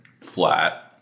flat